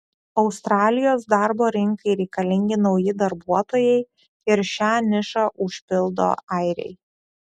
australijos darbo rinkai reikalingi nauji darbuotojai ir šią nišą užpildo airiai